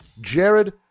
Jared